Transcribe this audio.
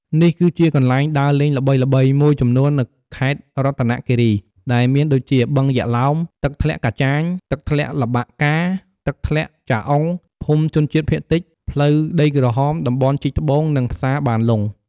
នេះគឺជាកន្លែងដើរលេងល្បីៗមួយចំនួននៅខេត្តរតនគិរីដែលមានដូចជា បឹងយក្សឡោម ទឹកធ្លាក់កាចាញ ទឹកធ្លាក់ល្បាក់កា ទឹកធ្លាក់ចាអុង ភូមិជនជាតិភាគតិច ផ្លូវដីក្រហម តំបន់ជីកត្បូង និង ផ្សារបានលុង ។